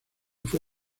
fue